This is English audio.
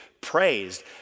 praised